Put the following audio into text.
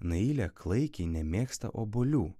nailė klaikiai nemėgsta obuolių